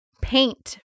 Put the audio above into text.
paint